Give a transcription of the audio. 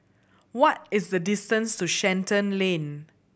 what is the distance to Shenton Lane